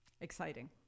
exciting